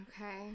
Okay